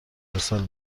ارسال